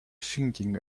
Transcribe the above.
singing